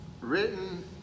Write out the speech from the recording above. written